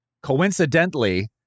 coincidentally